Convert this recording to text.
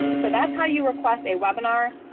so that's how you request a webinar.